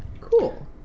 cool